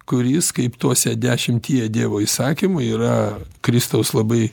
kuris kaip tuose dešimtyje dievo įsakymų yra kristaus labai